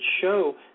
show